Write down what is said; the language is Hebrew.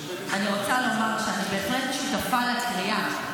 -- שאני בהחלט שותפה לקריאה,